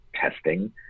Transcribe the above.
testing